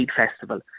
Festival